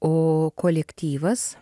o kolektyvas